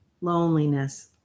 loneliness